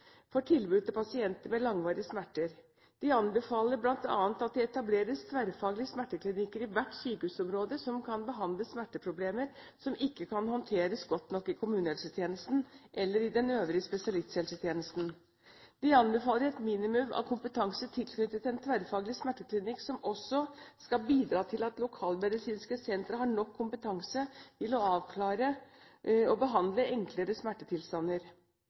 for tilbud til pasienter med langvarige smerter. De anbefaler bl.a. at det etableres tverrfaglige smerteklinikker i hvert sykehusområde som kan behandle smerteproblemer som ikke kan håndteres godt nok i kommunehelsetjenesten eller i den øvrige spesialisthelsetjenesten. De anbefaler et minimum av kompetanse i tilknytning til en tverrfaglig smerteklinikk som også skal bidra til at lokalmedisinske sentre har nok kompetanse til å avklare og behandle enklere smertetilstander.